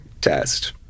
test